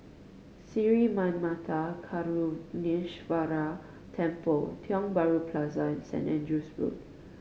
Sri Manmatha Karuneshvarar Temple Tiong Bahru Plaza and Saint Andrew's Road